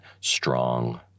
strong